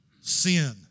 Sin